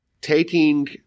taking